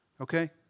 Okay